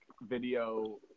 video